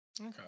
Okay